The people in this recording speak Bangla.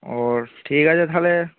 ও ঠিক আছে তাহলে